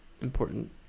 important